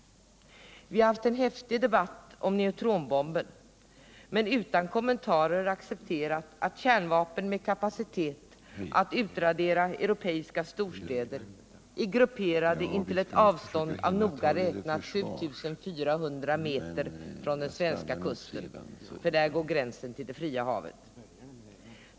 Vi har haft en häftig debatt om neutronbomben men utan kommentarer accepterat att kärnvapen med kapacitet att utradera europeiska storstider är grupperade intill ett avstånd av noga räknat 7 400 meter från den svenska kusten, för där går gränsen till det fria havet.